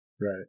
Right